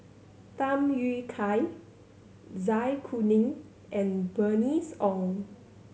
Tham Yui Kai Zai Kuning and Bernice Ong